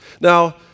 Now